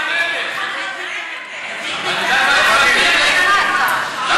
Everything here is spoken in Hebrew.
ההצעה להעביר את הצעת חוק הפיקוח על שירותים